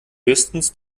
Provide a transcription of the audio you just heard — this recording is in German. höchstens